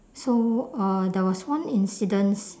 so uh there was one incidents